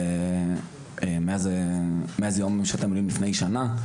מאז יום המילואים לפני שנה,